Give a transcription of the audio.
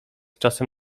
czasem